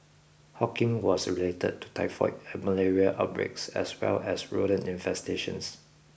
hawking was related to typhoid and malaria outbreaks as well as rodent infestations